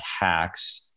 hacks